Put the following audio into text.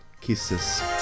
Kisses